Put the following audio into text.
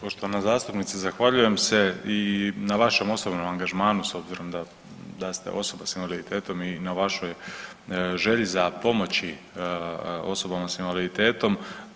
Poštovana zastupnice zahvaljujem se i na vašem osobnom angažmanu s obzirom da ste osoba sa invaliditetom i na vašoj želji za pomoći osobama sa invaliditetom.